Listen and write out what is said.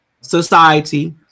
society